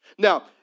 Now